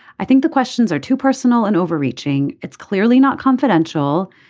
i think the questions are too personal and overreaching. it's clearly not confidential.